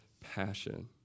passion